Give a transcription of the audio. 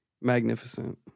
magnificent